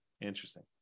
interesting